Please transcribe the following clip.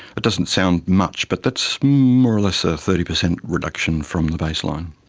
it doesn't sound much but that's more or less a thirty percent reduction from the baseline.